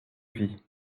vie